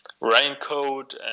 raincoat